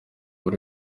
muri